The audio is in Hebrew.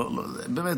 באמת,